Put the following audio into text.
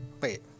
Wait